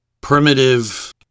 primitive